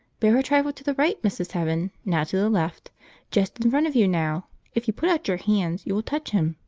bear a trifle to the right, mrs. heaven now to the left just in front of you now if you put out your hands you will touch him.